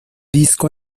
disco